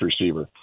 receiver